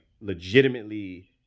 legitimately